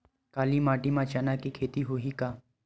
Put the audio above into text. काली माटी म चना के खेती होही का?